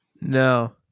No